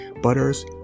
butters